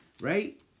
right